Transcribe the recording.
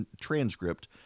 transcript